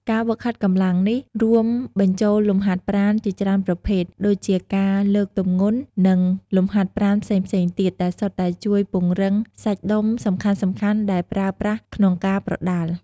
ការហ្វឹកហាត់កម្លាំងនេះរួមបញ្ចូលលំហាត់ប្រាណជាច្រើនប្រភេទ ដូចជាការលើកទម្ងន់ និងលំហាត់ប្រាណផ្សេងៗទៀត ដែលសុទ្ធតែជួយពង្រឹងសាច់ដុំសំខាន់ៗដែលប្រើប្រាស់ក្នុងការប្រដាល់។